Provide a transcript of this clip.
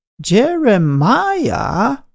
Jeremiah